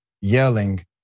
yelling